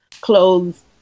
clothes